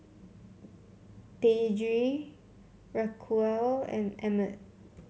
Deirdre Raquel and Emmet